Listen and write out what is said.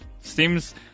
seems